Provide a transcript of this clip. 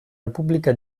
repubblica